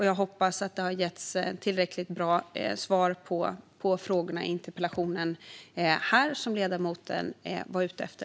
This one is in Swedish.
Jag hoppas att det har getts tillräckligt bra svar här på de frågor i interpellationen som ledamoten var ute efter.